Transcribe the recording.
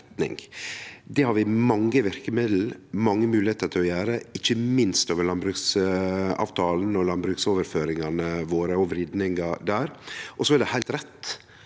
Det har vi mange verkemiddel og mange moglegheiter til å gjere, ikkje minst over landbruksavtalen og landbruksoverføringane våre og vridinga der. Det er heilt rett